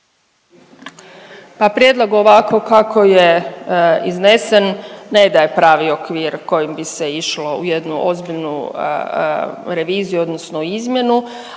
prijedlog ovako kako je iznesen ne daje pravi okvir kojim bi se išlo u jednu ozbiljnu reviziju odnosno izmjenu.